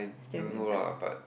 don't know lah but